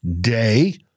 day